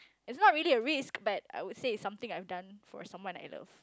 it's not really a risk but I would say it's something I have done for someone I love